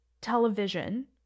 television